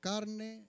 Carne